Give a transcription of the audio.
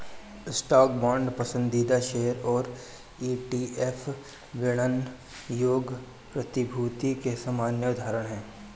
stock, bond, पसंदीदा share और ETF विपणन योग्य प्रतिभूतियों के सामान्य उदाहरण हैं